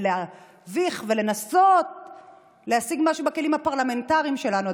להביך ולנסות להשיג משהו בכלים הפרלמנטריים שלנו,